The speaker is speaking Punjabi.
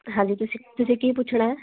ਹਾਂਜੀ ਤੁਸੀਂ ਤੁਸੀਂ ਕੀ ਪੁੱਛਣਾ ਹੈ